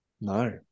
No